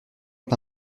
est